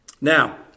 Now